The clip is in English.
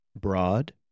broad